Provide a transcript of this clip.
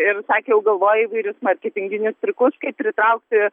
ir sakė jau galvoja įvairius marketinginius triukus kaip pritraukti